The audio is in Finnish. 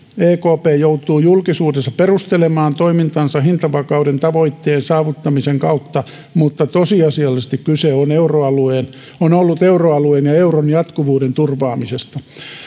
ekp joutuu julkisuudessa perustelemaan toimintansa hintavakauden tavoitteen saavuttamisen kautta mutta tosiasiallisesti kyse on ollut euroalueen ja euron jatkuvuuden turvaamisesta